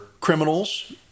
criminals